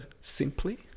simply